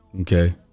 Okay